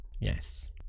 yes